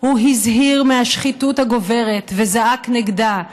הוא הזהיר מהשחיתות הגוברת וזעק נגדה,